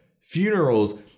Funerals